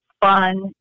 fun